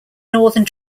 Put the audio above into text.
northern